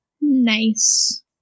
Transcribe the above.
Nice